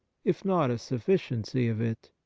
if not a sufficiency of it.